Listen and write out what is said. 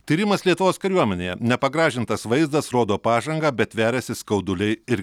tyrimas lietuvos kariuomenėje nepagražintas vaizdas rodo pažangą bet veriasi skauduliai ir